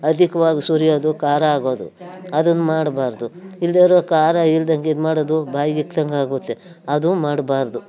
ಅಧಿಕ್ವಾಗಿ ಸುರಿಯೋದು ಖಾರ ಆಗೋದು ಅದನ್ನ ಮಾಡಬಾರದು ಇಲ್ಲದೇ ಇದ್ದರೆ ಅದು ಖಾರ ಇಲ್ದಂತೆ ಇದ್ಮಾಡೋದು ಬಾಯಿಗಿಕ್ದಂತಾಗುತ್ತೆ ಅದು ಮಾಡಬಾರದು